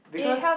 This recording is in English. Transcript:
because